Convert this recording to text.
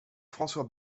françois